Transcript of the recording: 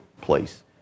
place